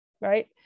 right